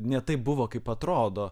ne taip buvo kaip atrodo